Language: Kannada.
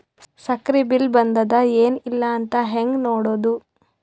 ಸಕ್ರಿ ಬಿಲ್ ಬಂದಾದ ಏನ್ ಇಲ್ಲ ಅಂತ ಹೆಂಗ್ ನೋಡುದು?